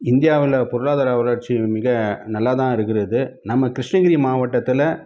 இந்தியாவில் பொருளாதார வளர்ச்சி மிக நல்லா தான் இருக்கிறது நம்ம கிருஷ்ணகிரி மாவட்டத்தில்